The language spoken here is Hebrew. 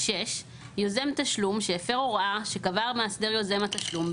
יוזם תשלום שהפר הוראה שקבע מאסדר יוזם התשלום,